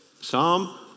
Psalm